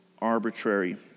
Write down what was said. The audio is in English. arbitrary